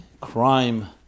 crime